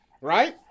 Right